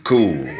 Cool